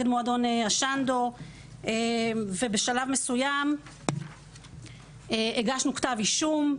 מועדון השנדו ובשלב מסוים הגשנו כתב אישום.